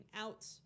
out